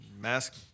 mask